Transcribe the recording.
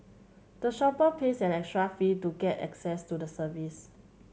the shopper pays an extra fee to get access to the service